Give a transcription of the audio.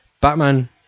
Batman